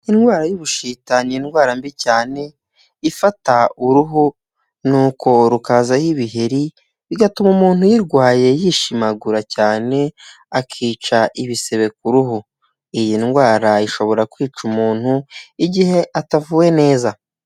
Indwara y'ubushita ni indwara mbi cyane, ifata uruhu nuko rukazaho ibiheri, bigatuma umuntu uyirwaye yishimagura cyane, akica ibisebe ku ruhu. Iyi ndwara ishobora kwica umuntu igihe atavuwe neza.